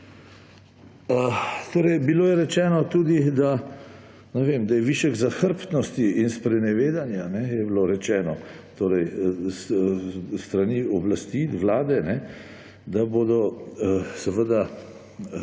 očitno. Bilo je rečeno tudi, ne vem, da je višek zahrbtnosti in sprenevedanja, je bilo rečeno, torej s strani oblasti, vlade, da bodo seveda